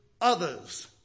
others